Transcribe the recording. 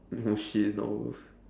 no shit no